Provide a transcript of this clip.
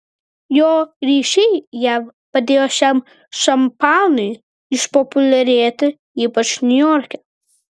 jo ryšiai jav padėjo šiam šampanui išpopuliarėti ypač niujorke